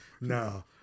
No